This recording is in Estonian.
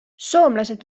soomlased